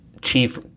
Chief